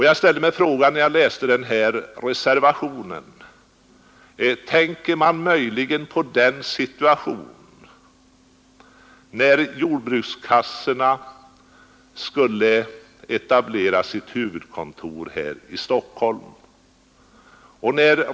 Jag ställde mig den frågan när jag läste deras reservation: Tänker man möjligen på den situation som förelåg när jordbrukskassorna skulle etablera sitt huvudkontor här i Stockholm?